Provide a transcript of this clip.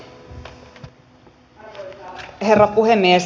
arvoisa herra puhemies